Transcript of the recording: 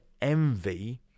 envy